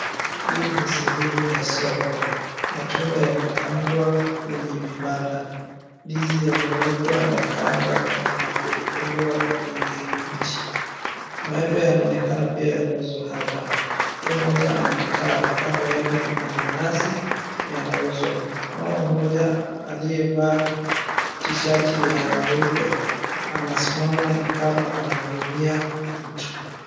Hii ni sehemu ya soko, matunda yamepangwa kwenye vibanda. Ndizi yamewekwa na kamba na kufungwa kwenye mti. Maembe yanaonekana pia yanauzwa hapa. Mtu mmoja amekaa, kando yake kuna nanasi yanauzwa. Mama mmoja aliyevaa tishati nyeupe anasimama nikama anahudumia mtu.